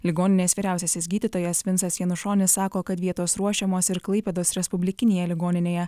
ligoninės vyriausiasis gydytojas vincas janušonis sako kad vietos ruošiamos ir klaipėdos respublikinėje ligoninėje